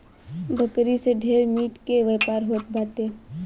बकरी से ढेर मीट के व्यापार होत बाटे